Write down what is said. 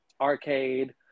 arcade